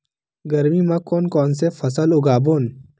गरमी मा कोन कौन से फसल उगाबोन?